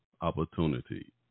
opportunity